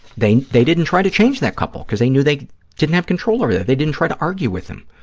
they they didn't try to change that couple because they knew they didn't have control over that. they didn't try to argue with them.